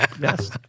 yes